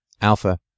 alpha